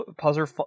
puzzle